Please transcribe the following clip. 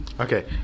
Okay